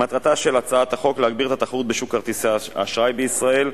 מטרתה של הצעת החוק להגביר את התחרות בשוק כרטיסי האשראי בישראל,